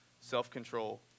self-control